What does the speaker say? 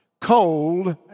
cold